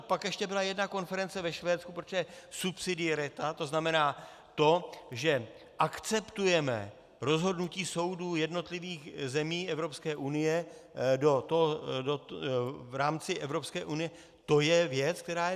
Pak ještě byla jedna konference ve Švédsku, protože subsidiarita, to znamená to, že akceptujeme rozhodnutí soudů jednotlivých zemí Evropské unie v rámci Evropské unie, to je věc, která je.